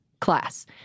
class